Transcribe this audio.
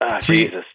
Jesus